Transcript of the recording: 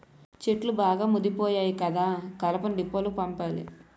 చెట్లు బాగా ముదిపోయాయి కదా కలపను డీపోలకు పంపాలి